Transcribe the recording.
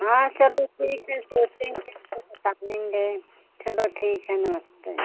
हाँ चलो ठीक है सोचेंगे तो बताएँगे चलो ठीक है नमस्ते